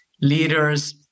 leaders